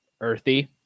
earthy